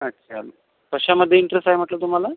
अच्छा कशामध्ये इंट्रेस्ट आहे म्हटलं तुम्हाला